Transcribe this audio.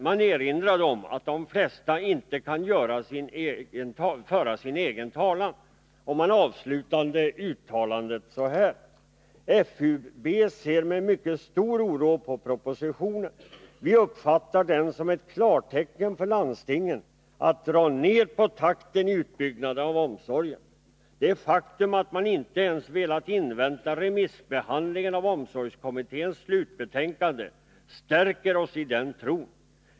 Man erinrade om att de flesta inte kan föra sin egen talan. Och man avslutade uttalandet så här: ”FUB ser med mycket stor oro på propositionen. Vi uppfattar den som ett klartecken för landstingen att dra ner på takten i utbyggnaden av omsorgerna. Det faktum att man inte ens velat invänta remissbehandlingen av omsorgskommitténs slutbetänkande stärker oss i den tron.